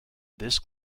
this